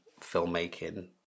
filmmaking